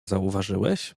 zauważyłeś